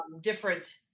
different